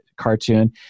cartoon